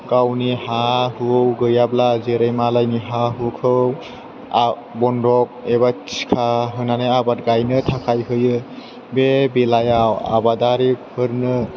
गावनि हा हु गैयाब्ला जेरै मालायनि हा हुखौ बन्दक एबा थिखा होनानै आबाद गायनो थाखाय होयो बे बेलायाव आबादारिफोरनो